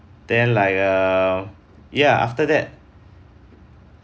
then like err ya after that